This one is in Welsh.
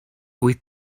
wyt